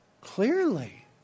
Clearly